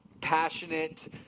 passionate